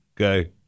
Okay